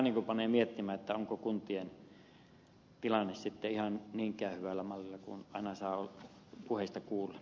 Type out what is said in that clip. tämä panee miettimään onko kuntien tilanne sitten ihan niinkään hyvällä mallilla kuin aina saa puheista kuulla